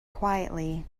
quietly